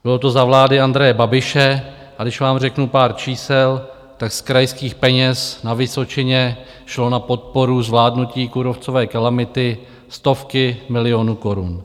Bylo to za vlády Andreje Babiše, a když vám řeknu pár čísel, z krajských peněz na Vysočinu šlo na podporu zvládnutí kůrovcové kalamity stovky milionů korun.